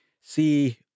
see